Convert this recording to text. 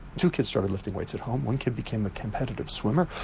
two kids started lifting weights at home, one kid became a competitive swimmer,